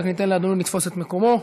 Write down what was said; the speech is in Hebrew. ניתן לאדוני לתפוס את מקומו.